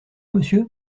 monsieur